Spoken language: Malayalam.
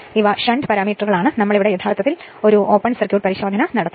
ഇവ ഷണ്ട് പാരാമീറ്ററുകളാണ് നമ്മൾ ഇവിടെ യഥാർത്ഥത്തിൽ ഓപ്പൺ സർക്യൂട്ട് പരിശോധന നടത്തും